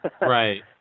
right